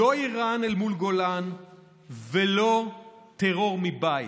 לא איראן אל מול גולן ולא טרור מבית.